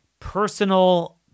personal